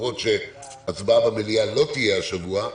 למרות שהצבעה במליאה לא תהיה השבוע,